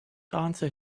answer